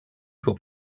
got